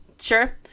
Sure